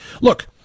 Look